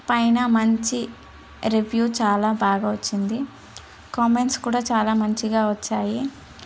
పైన మంచి రివ్యూ చాలా బాగా వచ్చింది కామెంట్స్ కూడా చాలా మంచిగా వచ్చాయి